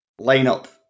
lineup